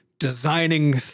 Designing